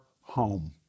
home